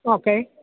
okay